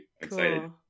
Excited